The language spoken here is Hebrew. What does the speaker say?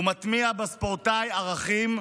הוא מטמיע בספורטאי ערכים,